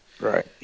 right